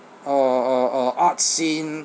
uh uh uh arts scene